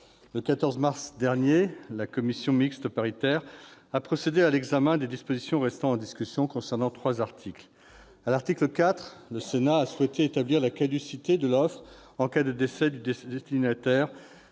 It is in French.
Le 14 mars dernier, la commission mixte paritaire a procédé à l'examen des dispositions restant en discussion concernant trois articles. À l'article 4, le Sénat a souhaité établir la caducité de l'offre en cas de décès du destinataire.